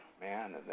Man